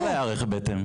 איך ניערך בהתאם?